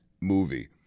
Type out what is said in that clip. movie